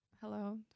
hello